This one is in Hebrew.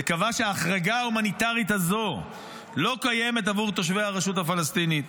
וקבע שההחרגה ההומניטרית הזו לא קיימת עבור תושבי הרשות הפלסטינית.